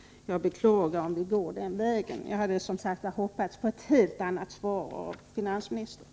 Jag beklagar om det kommer att gå den vägen. Jag hade, som sagt, hoppats på ett helt annat svar från finansministern.